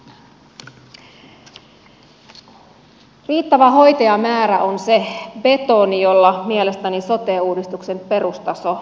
riittävä hoitajamäärä on se betoni jolla mielestäni sote uudistuksen perustaso valetaan vahvaksi